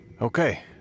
Okay